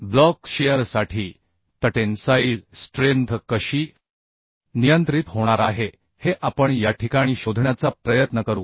block शीअरसाठी tensile strength कशी नियंत्रित होणार आहे हे आपण या ठिकाणी शोधण्याचा प्रयत्न करू